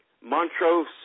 Montrose